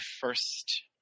first